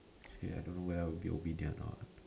actually I don't know whether I'll be obedient or not